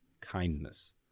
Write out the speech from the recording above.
kindness